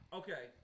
okay